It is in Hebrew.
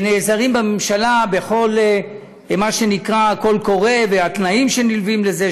נעזרים בממשלה במה שנקרא קול קורא והתנאים שנלווים לזה,